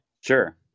sure